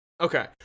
Okay